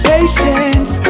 Patience